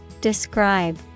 Describe